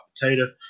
potato